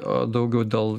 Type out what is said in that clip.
o daugiau dėl